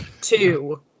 Two